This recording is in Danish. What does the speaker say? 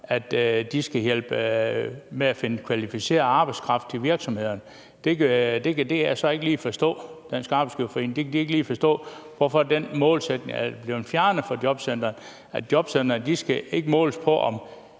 at de skal hjælpe med at finde kvalificeret arbejdskraft til virksomhederne. Det kan Dansk Arbejdsgiverforening så ikke lige forstå, altså hvorfor den målsætning er blevet fjernet for jobcentrene – at jobcentrene ikke skal måles på,